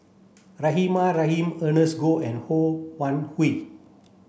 Rahimah Rahim Ernest Goh and Ho Wan Hui